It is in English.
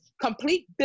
complete